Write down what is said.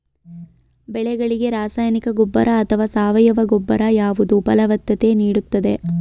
ಬೆಳೆಗಳಿಗೆ ರಾಸಾಯನಿಕ ಗೊಬ್ಬರ ಅಥವಾ ಸಾವಯವ ಗೊಬ್ಬರ ಯಾವುದು ಫಲವತ್ತತೆ ನೀಡುತ್ತದೆ?